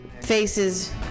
faces